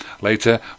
later